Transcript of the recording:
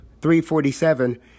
347